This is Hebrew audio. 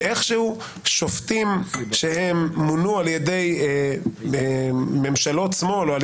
שאיכשהו שופטים שמונו על ידי ממשלות שמאל או על